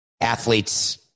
athletes